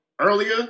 earlier